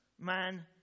man